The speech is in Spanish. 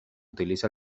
utiliza